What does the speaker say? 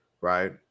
right